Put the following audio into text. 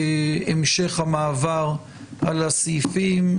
בהמשך המעבר על הסעיפים,